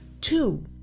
two